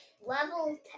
level